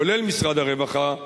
כולל משרד הרווחה,